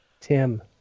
Tim